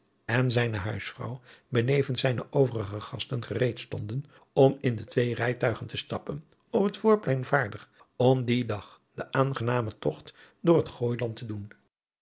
en zijne huisvrouw benevens zijne overige gasten gereed stonden om in de twee rijtuigen de stappen op het voorplein vaardig om dien dag den aangenamen togt door het gooiland te doen